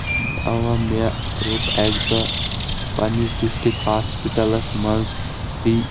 اوا مےٚ روٚٹ اکہِ دۄہ پننس ڈسٹک ہاسپٹلس منٛز فری